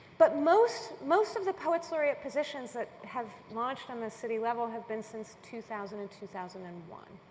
but most most of the poets laureate positions that have launched on the city level have been since two thousand and two thousand and one.